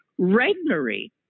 Regnery